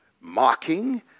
mocking